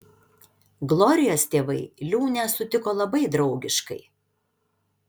glorijos tėvai liūnę sutiko labai draugiškai